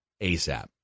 ASAP